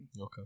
Okay